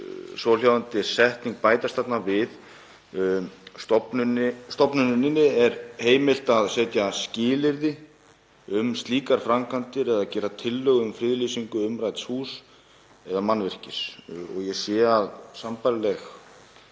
svohljóðandi setning bætast þarna við: „Stofnuninni er heimilt að setja skilyrði um slíkar framkvæmdir eða gera tillögu um friðlýsingu umrædds húss eða mannvirkis.“ Ég sé að sambærileg